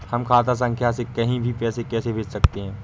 हम खाता संख्या से कहीं भी पैसे कैसे भेज सकते हैं?